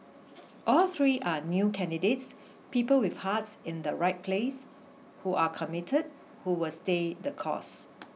all three are new candidates people with hearts in the right place who are commit who will stay the course